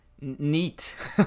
neat